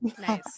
Nice